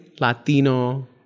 Latino